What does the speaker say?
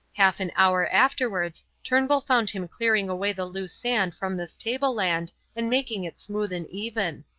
half an hour afterwards, turnbull found him clearing away the loose sand from this table-land and making it smooth and even.